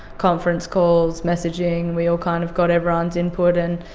conference calls, messaging, we all kind of got everyone's input and,